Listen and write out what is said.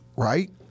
Right